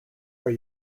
are